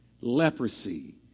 Leprosy